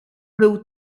był